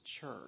church